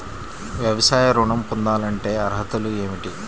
వ్యవసాయ ఋణం పొందాలంటే అర్హతలు ఏమిటి?